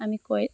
আমি কয়